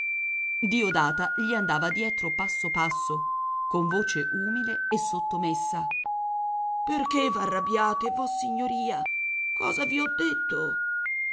diodata gli andava dietro passo passo con voce umile e sottomessa perché v'arrabbiate vossignoria cosa vi ho detto